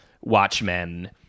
Watchmen